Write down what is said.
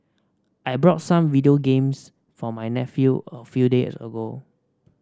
I bought some video games for my nephew a few days ago